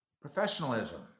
Professionalism